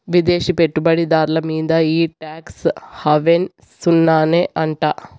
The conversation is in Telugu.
విదేశీ పెట్టుబడి దార్ల మీంద ఈ టాక్స్ హావెన్ సున్ననే అంట